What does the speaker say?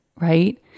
right